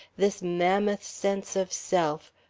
this mammoth sense of self,